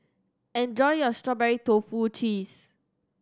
enjoy your strawberry tofu cheese